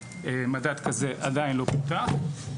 מדד כזה עדיין לא פותח.